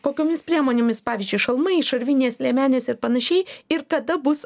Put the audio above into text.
kokiomis priemonėmis pavyzdžiui šalmai šarvinės liemenės ir panašiai ir kada bus